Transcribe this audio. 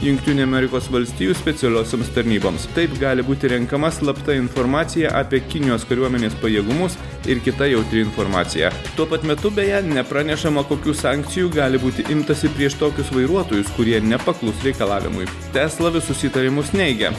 jungtinių amerikos valstijų specialiosioms tarnyboms taip gali būti renkama slapta informacija apie kinijos kariuomenės pajėgumus ir kita jautri informacija tuo pat metu beje nepranešama kokių sankcijų gali būti imtasi prieš tokius vairuotojus kurie nepaklus reikalavimui tesla visus įtarimus neigia